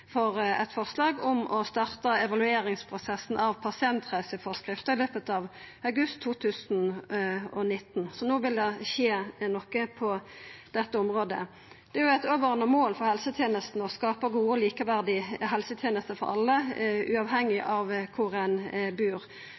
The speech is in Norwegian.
for eit forslag om å starta evalueringsprosessen av pasientreiseføreskrifta i august 2019. No vil det skje noko på dette området. Det er eit overordna mål for helsetenesta å skapa gode og likeverdige helsetenester for alle, uavhengig av kvar ein bur.